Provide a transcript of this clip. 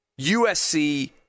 USC